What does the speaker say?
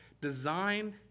design